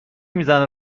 میزنه